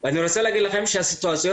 בהקראה של שיר קצר ברשותכם,